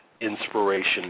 inspiration